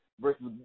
versus